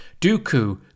Dooku